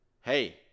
hey